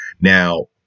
Now